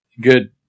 good